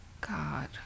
God